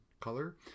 color